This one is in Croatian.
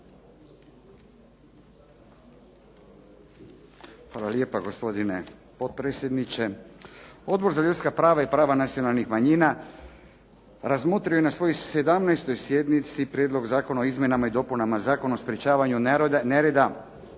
Hvala lijepa. Gospodine potpredsjedniče. Odbor za ljudska prava i prava nacionalnih manjina razmotrio je na svojoj 17. sjednici Prijedlog zakona o izmjenama i dopunama Zakona o sprječavanju nereda